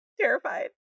terrified